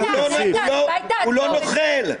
הוא לא נוכל?